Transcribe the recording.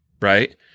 right